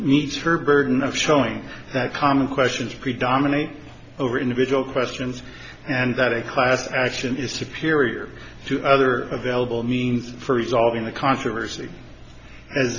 meets for burden of showing that common questions predominate over individual questions and that a high as action is superior to other available means for resolving the controversy a